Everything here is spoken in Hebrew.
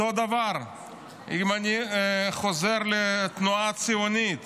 אותו הדבר אם אני חוזר לתנועה הציונית,